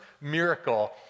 miracle